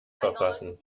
verfassen